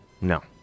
No